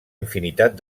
infinitat